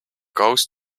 goes